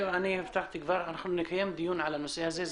הבטחתי כבר שנקיים דיון על הנושא הזה.